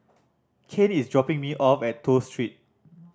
Cain is dropping me off at Toh Street